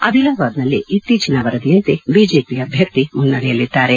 ಅದಿಲಾಬಾದ್ನಲ್ಲಿ ಇತ್ತೀಚಿನ ವರದಿಯಂತೆ ಬಿಜೆಪಿ ಅಭ್ಯರ್ಥಿ ಮುನ್ನಡೆಯಲಿದ್ದಾರೆ